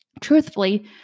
truthfully